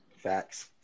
Facts